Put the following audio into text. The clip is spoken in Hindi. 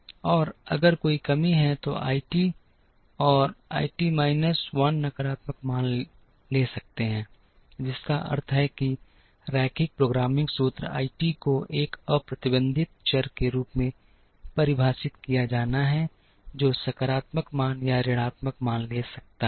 और अगर कोई कमी है तो I t और I t माइनस 1 नकारात्मक मान ले सकते हैं जिसका अर्थ है कि रैखिक प्रोग्रामिंग सूत्र I t को एक अप्रतिबंधित चर के रूप में परिभाषित किया जाना है जो सकारात्मक मान या ऋणात्मक मान ले सकता है